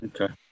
Okay